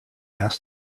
asked